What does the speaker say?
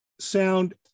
sound